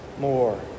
more